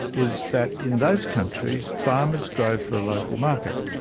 is that in those countries, farmers grow for a local market.